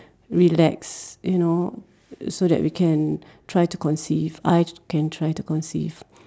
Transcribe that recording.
relax you know so that we can try to conceive I can try to conceive